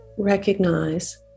recognize